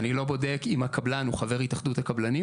אני לא בודק אם הקבלן הוא חבר התאחדות הקבלנים